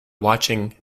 watching